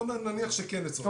נניח שכן לצורך העניין.